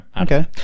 Okay